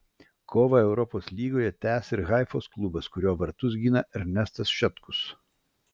kovą europos lygoje tęs ir haifos klubas kurio vartus gina ernestas šetkus